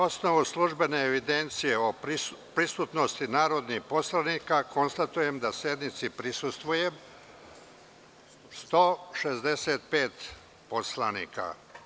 osnovu službene evidencije o prisutnosti narodnih poslanika, konstatujem da sednici prisustvuje 135 narodnih poslanika.